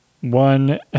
One